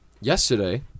yesterday